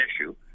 issue